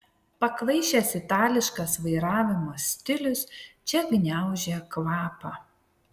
pakvaišęs itališkas vairavimo stilius čia gniaužia kvapą